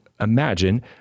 imagine